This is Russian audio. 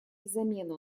замену